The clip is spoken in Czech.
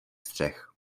střech